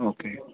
okay